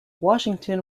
washington